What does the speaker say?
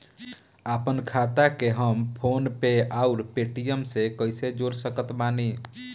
आपनखाता के हम फोनपे आउर पेटीएम से कैसे जोड़ सकत बानी?